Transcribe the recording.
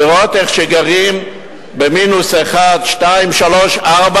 לראות איך גרים במינוס 1, 2, 3, 4,